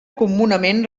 comunament